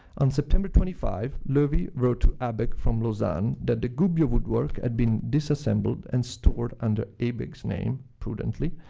on september twenty five, loewi wrote to abegg from lausanne, that the gubbio woodwork had been disassembled and stored under abegg's name, prudently,